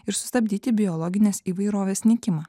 ir sustabdyti biologinės įvairovės nykimą